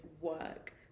work